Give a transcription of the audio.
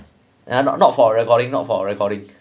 yeah not not for recording not for recording